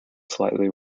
slightly